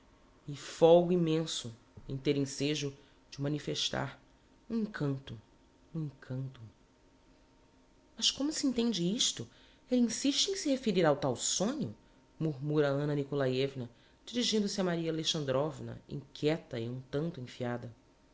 e folgo immenso em ter ensejo de o manifestar um encanto um encanto mas como se intende isto elle insiste em se referir ao tal sonho murmura a anna nikolaievna dirigindo-se a maria alexandrovna inquieta e um tanto enfiada